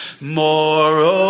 more